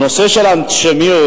האנטישמיות,